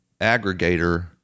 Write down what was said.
aggregator